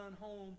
home